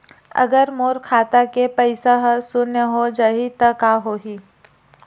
अगर मोर खाता के पईसा ह शून्य हो जाही त का होही?